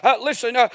Listen